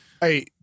hey